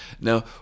Now